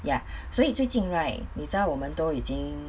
ya 所以最近 right 你知道我们都已经